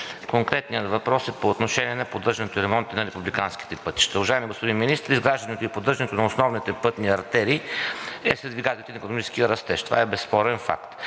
конкретният въпрос е по отношение на поддържането и ремонтите на републиканските пътища. Уважаеми господин Министър, изграждането и поддържането на основните пътни артерии е сред показателите на икономическия растеж. Това е безспорен факт.